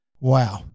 Wow